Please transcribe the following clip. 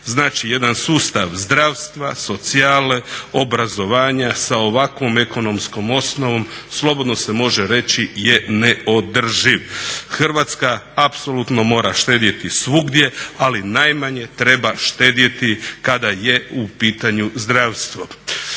Znači jedan sustav zdravstva, socijale, obrazovanja sa ovakvom ekonomskom osnovnom slobodno se može reći je ne održiv. Hrvatska apsolutno mora štedjeti svugdje, ali najmanje treba štedjeti kada je u pitanju zdravstvo.